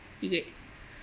is it